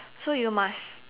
so you must